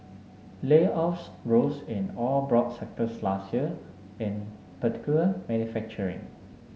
layoffs rose in all broad sectors last year in particular manufacturing